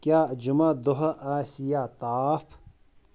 کیاہ جمعہ دۄہ آسہِ یا تاپھ ؟